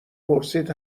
پرسید